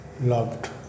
loved